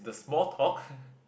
small talk